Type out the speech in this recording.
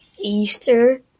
Easter